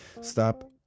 stop